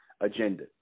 agenda